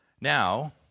Now